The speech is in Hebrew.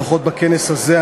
לפחות בכנס הזה.